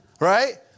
Right